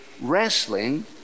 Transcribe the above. wrestling